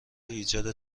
ایجاد